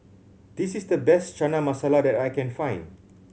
this is the best Chana Masala that I can find